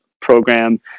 program